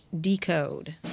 decode